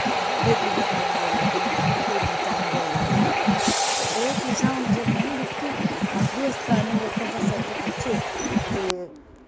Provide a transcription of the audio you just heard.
बेदी दे टाईम दे अलग न डोली टाईम दे अलग न ते ओह् चीज़ां न जेह्ड़ियां ओह् लुप्त होआ करदियां न अज्ज बी अस पराने लोकें च सर्वे करचै ते